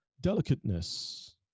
delicateness